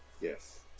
Yes